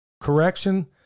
correction